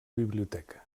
biblioteca